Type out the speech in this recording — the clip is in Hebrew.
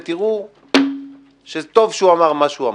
ותראו שטוב שהוא אמר מה שהוא אמר.